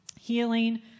healing